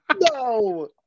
No